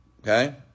Okay